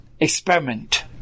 experiment